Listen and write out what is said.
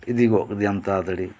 ᱤᱫᱤ ᱜᱚᱫ ᱠᱮᱫᱮᱭᱟᱢ ᱛᱟᱲᱟ ᱛᱟᱹᱲᱤ